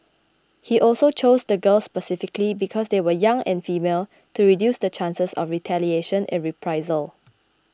he also chose the girls specifically because they were young and female to reduce the chances of retaliation and reprisal